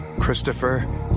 Christopher